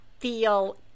feel